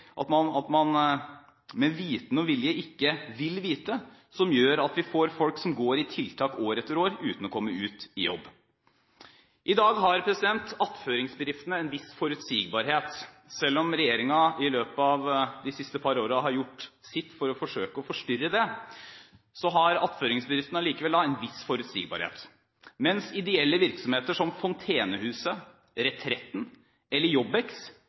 vilje ikke vil vite, som gjør at vi får folk som går på tiltak år etter år uten å komme ut i jobb. I dag har attføringsbedriftene en viss forutsigbarhet. Selv om regjeringen i løpet av de siste par årene har gjort sitt for å forsøke å forstyrre det, har attføringsbedriftene allikevel en viss forutsigbarhet. Ideelle virksomheter som Fontenehuset, Retretten eller